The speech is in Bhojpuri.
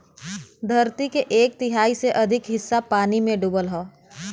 धरती के एक तिहाई से अधिक हिस्सा पानी में डूबल हौ